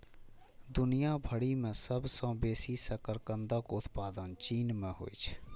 दुनिया भरि मे सबसं बेसी शकरकंदक उत्पादन चीन मे होइ छै